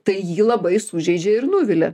tai jį labai sužeidžia ir nuvilia